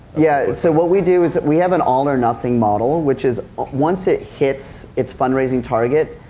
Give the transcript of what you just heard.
yeah. so what we do is we have an all or nothing model which is ah once it hits its fundraising target,